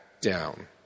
down